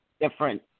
different